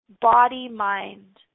body-mind